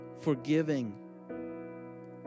forgiving